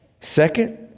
Second